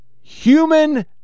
Human